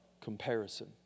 comparison